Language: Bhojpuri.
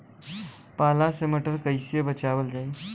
पाला से मटर कईसे बचावल जाई?